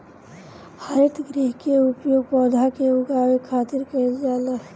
हरितगृह के उपयोग पौधा के उगावे खातिर कईल जाला